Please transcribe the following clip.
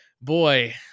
boy